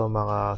mga